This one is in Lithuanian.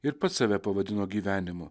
ir pats save pavadino gyvenimu